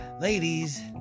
Ladies